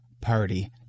Party